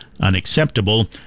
unacceptable